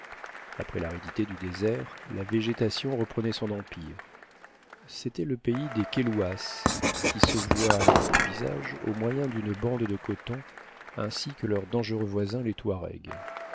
après l'aridité du désert la végétation reprenait son empire c'était le pays des kailouas qui se voilent le visage au moyen d'une bande de coton ainsi que leurs dangereux voisins les touareg